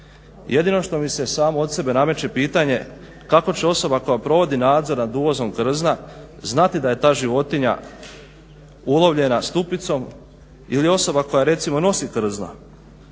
Jedino što mi se samo od sebe nameće pitanje, kako će osoba koja provodi nadzor na uvozom krzna znati da je ta životinja ulovljena stupicom ili osoba koja recimo nosi krzna,